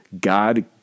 God